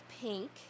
pink